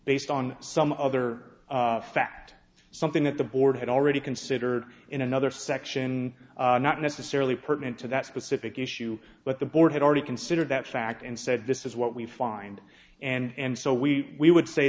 based on some other fact something that the board had already considered in another section not necessarily pertinent to that specific issue but the board had already considered that fact and said this is what we find and so we would say